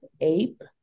ape